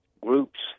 groups